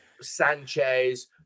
Sanchez